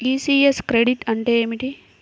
ECS credit అంటే ఏమిటి?